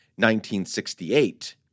1968